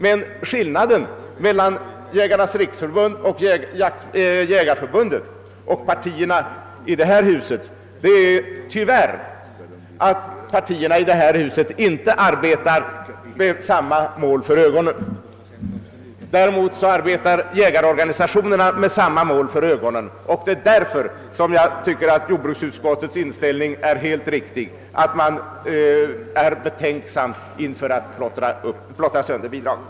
Men skillnaden mellan Jägarnas riksförbund och Svenska jägareförbundet å ena sidan och partierna i detta hus å andra sidan är tyvärr att partierna inte arbetar med samma mål för ögonen. Däremot arbetar jägarorganisationerna mot samma mål, och därför tycker jag att jordbruksutskottets inställning är helt riktig — man är med andra ord betänksam mot att plottra sönder bidraget.